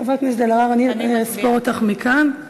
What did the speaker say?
חברת הכנסת אלהרר, אני אספור אותך מכאן.